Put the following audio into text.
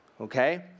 okay